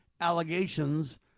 allegations